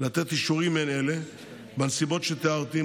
לתת אישורים מעין אלה בנסיבות שתיארתי,